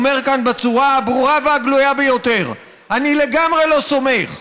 אומר כאן בצורה הברורה והגלויה ביותר: אני לגמרי לא סומך.